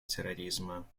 терроризма